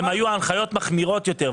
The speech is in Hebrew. -- היו הנחיות מחמירות יותר,